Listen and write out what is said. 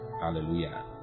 Hallelujah